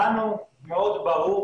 לנו מאוד ברור,